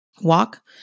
walk